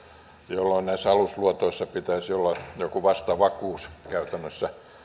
jolloin näissä alusluotoissa pitäisi olla käytännössä joku vastavakuus